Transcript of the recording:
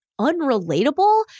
unrelatable